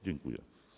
Dziękuję.